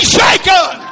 shaken